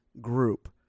group